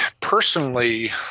personally